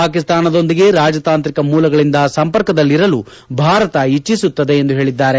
ಪಾಕಿಸ್ತಾನದೊಂದಿಗೆ ರಾಜತಾಂತ್ರಿಕ ಮೂಲಗಳಿಂದ ಸಂಪರ್ಕದಲ್ಲಿರಲು ಭಾರತ ಇಜ್ಞಿಸುತ್ತದೆ ಎಂದು ಹೇಳಿದ್ದಾರೆ